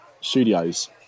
Studios